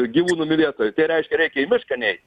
gyvūnų mylėtojai tai reiškia reikia į mišką neit